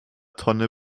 tonne